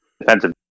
defensive